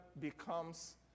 becomes